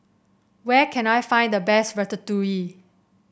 where can I find the best Ratatouille